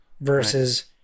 versus